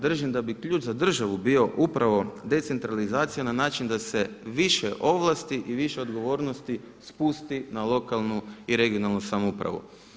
Držim da bi ključ za državu bio upravo decentralizacija na način da se više ovlasti i više odgovornosti spusti na lokalnu i regionalnu samoupravu.